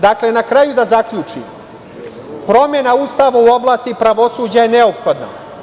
Dakle, da zaključim na kraju, promena Ustava u oblasti pravosuđa je neophodna.